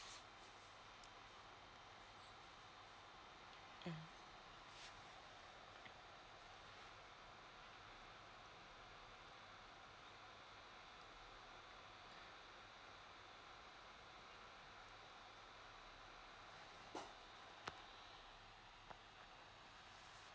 mm